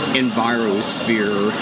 envirosphere